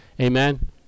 Amen